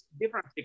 different